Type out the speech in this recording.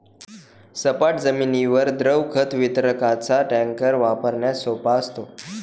सपाट जमिनीवर द्रव खत वितरकाचा टँकर वापरण्यास सोपा असतो